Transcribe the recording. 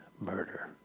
murder